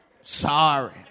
sorry